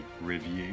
review